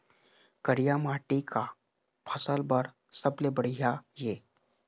करिया माटी का फसल बर सबले बढ़िया ये?